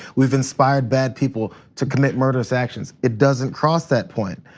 we've inspired bad people to commit murderous actions. it doesn't cross that point.